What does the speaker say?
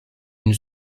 une